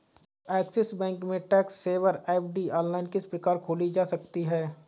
Axis bank में tax saver FD online किस प्रकार खोली जा सकती है?